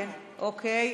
כן, קרן ברק.